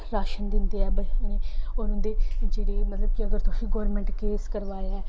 ration दिंदे ऐ ब उ'नें गी होर उं'दे जेह्ड़े मतलब कि अगर तुसें गौरमैंट केस करोआया ऐ